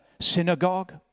synagogue